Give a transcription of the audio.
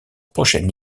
prochaine